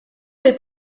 est